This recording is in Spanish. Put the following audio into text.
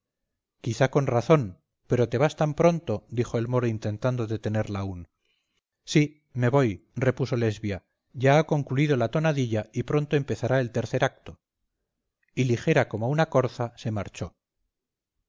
quizás con razón pero te vas tan pronto dijo el moro intentando detenerla aún sí me voy repuso lesbia ya ha concluido la tonadilla y pronto empezará el tercer acto y ligera como una corza se marchó